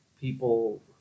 people